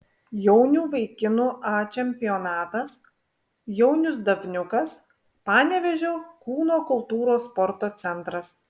jaunių vaikinų a čempionatas jaunius davniukas panevėžio kūno kultūros sporto centras